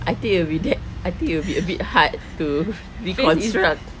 I think it'll be that I think it'll be a bit hard to reconstruct